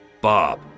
Bob